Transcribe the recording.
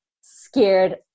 scared